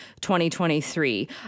2023